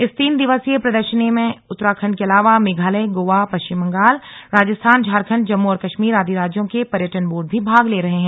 इस तीन दिवसीय प्रदर्शनी में उत्तराखंड के अलावा मेघालय गोवा पश्चिम बंगाल राजस्थान झारखंड जम्मू और कश्मीर आदि राज्यों के पर्यटन बोर्ड भी भाग ले रहे है